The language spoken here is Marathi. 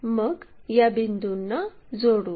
मग या बिंदूंना जोडू